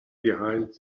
behind